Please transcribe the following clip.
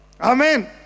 Amen